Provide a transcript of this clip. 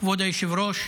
כבוד היושב-ראש,